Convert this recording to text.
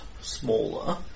smaller